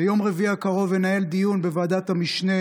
ביום רביעי הקרוב אנהל דיון בוועדת המשנה